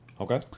Okay